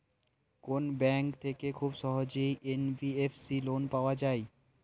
কোন ব্যাংক থেকে খুব সহজেই এন.বি.এফ.সি লোন পাওয়া যায়?